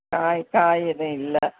காய் காய் எதுவும் இல்லை